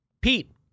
Pete